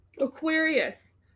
Aquarius